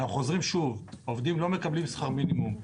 אנחנו חוזרים שוב, העובדים לא מקבלים שכר מינימום.